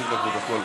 תוסיף לפרוטוקול.